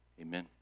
amen